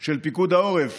של פיקוד העורף